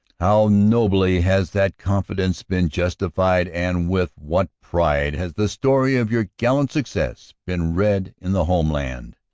how nobly has that confidence been justified, and with what pride has the story of your gallant success been read in the homeland!